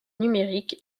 numérique